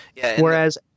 Whereas